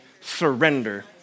surrender